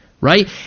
right